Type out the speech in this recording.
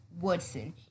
Woodson